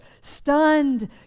stunned